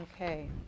Okay